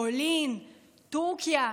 פולין, טורקיה,